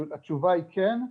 התשובה היא כן,